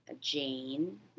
Jane